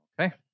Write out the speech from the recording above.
Okay